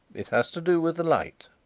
it has to do with the light.